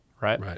right